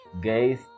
guys